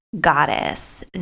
Goddess